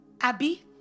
Abby